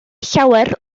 llawer